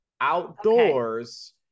outdoors